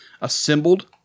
Assembled